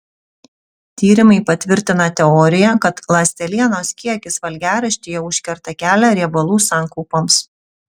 tyrimai patvirtina teoriją kad ląstelienos kiekis valgiaraštyje užkerta kelią riebalų sankaupoms